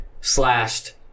slashed